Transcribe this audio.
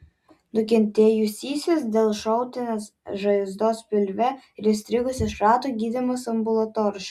nukentėjusysis dėl šautinės žaizdos pilve ir įstrigusio šrato gydomas ambulatoriškai